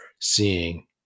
seeing